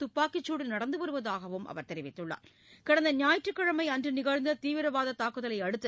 துப்பாக்கிச் சூடு நடந்துவருவதாகவும் அவர் தெரிவித்துள்ளார் ஞாயிற்றுக்கிழமைஅன்றுநிகழ்ந்ததீவிரவாததாக்குதலைஅடுத்து